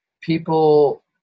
people